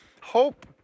Hope